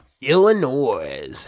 Illinois